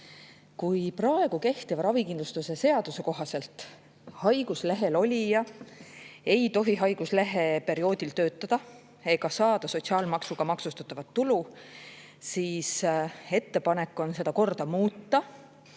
eelnõu. Praegu kehtiva ravikindlustuse seaduse kohaselt haiguslehel olija ei tohi haiguslehe perioodil töötada ega saada sotsiaalmaksuga maksustatavat tulu. Nüüd on ettepanek seda korda muuta